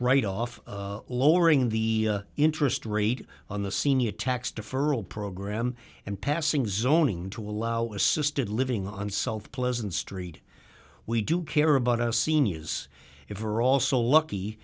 right off lowering the interest rate on the senior tax deferral program and passing zoning to allow assisted living on south pleasant street we do care about our seniors if we are also lucky